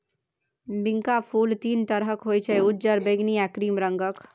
बिंका फुल तीन तरहक होइ छै उज्जर, बैगनी आ क्रीम रंगक